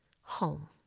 home